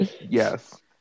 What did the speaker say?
Yes